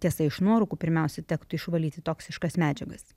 tiesa iš nuorūkų pirmiausia tektų išvalyti toksiškas medžiagas